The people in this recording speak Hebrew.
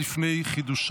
(עדות קטין ונפגע עבירת מין או סחר בבני אדם בהליך אזרחי),